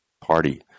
party